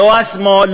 לא השמאל,